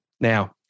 Now